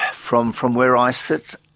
from from where i sit,